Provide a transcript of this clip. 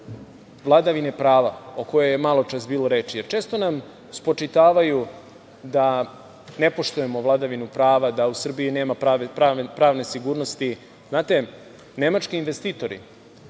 vladavini prava, o kojoj je maločas bilo reči. Često nam spočitavaju da ne poštujemo vladavinu prava, da u Srbiji nema pravne sigurnosti. Znate, investitori